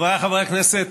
חבריי חברי הכנסת,